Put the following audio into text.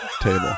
table